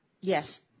Yes